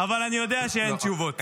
--- אבל אני יודע שאין תשובות.